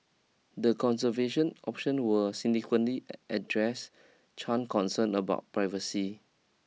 the conservation option were significantly address Chan concern about privacy